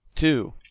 Two